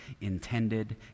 intended